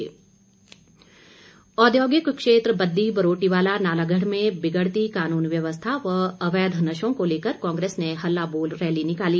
कांग्रेस औद्योगिक क्षेत्र बद्दी बरोटीवाला नालागढ़ में बिगड़ती कानून व्यवस्था व अवैध नशों को लेकर कांग्रेस ने हल्ला बोल रैली निकाली